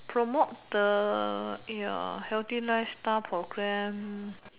promote the ya healthy lifestyle programme